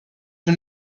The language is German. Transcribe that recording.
nun